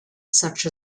such